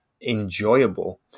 enjoyable